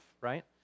right